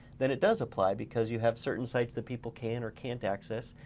then it does apply because you have certain sites that people can or can't access.